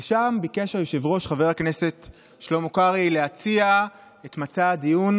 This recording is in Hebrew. ושם ביקש היושב-ראש חבר הכנסת שלמה קרעי להציע את מצע הדיון